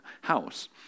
house